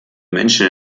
menschen